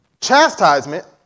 Chastisement